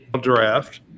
draft